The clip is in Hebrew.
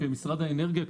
כמשרד האנרגיה,